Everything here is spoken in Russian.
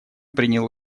принял